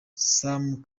sam